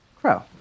Crow